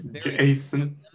jason